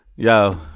Yo